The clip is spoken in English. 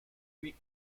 greek